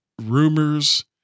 rumors